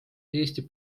eesti